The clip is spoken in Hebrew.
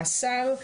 מאסר,